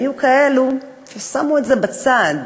היו כאלה ששמו את זה בצד,